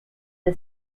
the